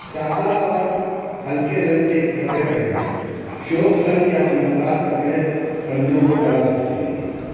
سادہ اور ہلکے رنگ کے کپڑے پہنیں شوخ رنگ یا چمکدار کپڑے پرندوں کو ڈرا سکتے ہیں